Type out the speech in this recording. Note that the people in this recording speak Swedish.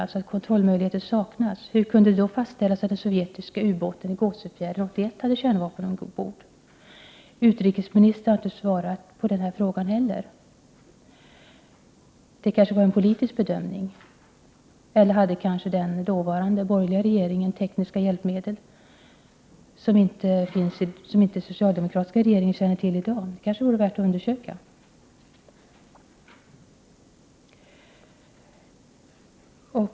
Om kontrollmöjligheter saknas, hur kunde det då fastställas att den sovjetiska ubåten i Gåsefjärden 1981 hade kärnvapen ombord? Utrikesministern har inte heller svarat på den frågan. Var det kanske en politisk bedömning? Eller hade måhända den dåvarande borgerliga regeringen tekniska hjälpmedel som den socialdemokratiska regeringen i dag inte känner till? Det vore kanske värt att undersöka!